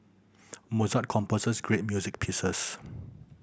Mozart composed great music pieces